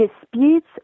disputes